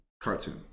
cartoon